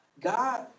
God